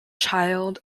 child